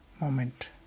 moment